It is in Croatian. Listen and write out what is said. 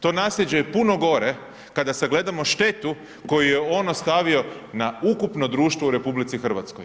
To nasljeđe je puno gore kada sagledamo štetu koju je on ostavio na ukupno društvo u RH.